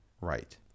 Right